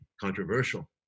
controversial